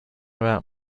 about